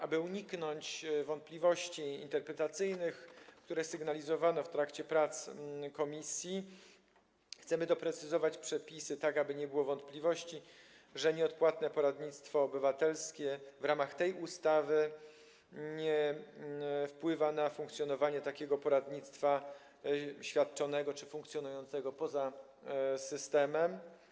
Aby uniknąć wątpliwości interpretacyjnych, które sygnalizowano w trakcie prac komisji, m.in. chcemy doprecyzować przepisy, tak aby nie było wątpliwości, że nieodpłatne poradnictwo obywatelskie w ramach tej ustawy nie wpływa na funkcjonowanie takiego poradnictwa świadczonego czy funkcjonującego poza systemem.